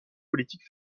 politique